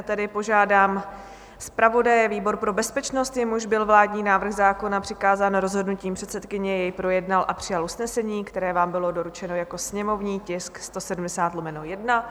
Nyní tedy požádám zpravodaje výboru pro bezpečnost, jemuž byl vládní návrh zákon přikázán rozhodnutím předsedkyně, aby jej projednal a přijal usnesení, které vám bylo doručeno jako sněmovní tisk 170/1.